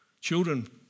Children